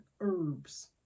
herbs